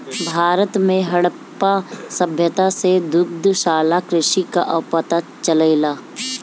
भारत में हड़प्पा सभ्यता से दुग्धशाला कृषि कअ पता चलेला